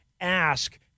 ask